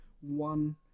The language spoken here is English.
one